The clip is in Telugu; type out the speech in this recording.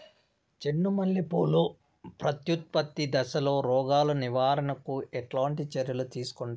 చెండు మల్లె పూలు ప్రత్యుత్పత్తి దశలో రోగాలు నివారణకు ఎట్లాంటి చర్యలు తీసుకుంటారు?